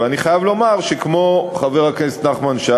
אבל אני חייב לומר שכמו חבר הכנסת נחמן שי,